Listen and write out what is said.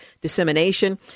dissemination